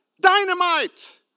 Dynamite